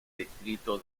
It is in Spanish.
distrito